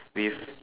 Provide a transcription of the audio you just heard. with